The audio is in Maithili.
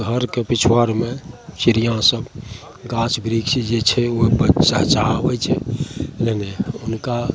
घरके पिछुआड़मे चिड़िआँसब गाछ बिरिछ जे छै ओहिमे चहचहाबै छै मने हुनका